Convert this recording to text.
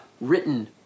written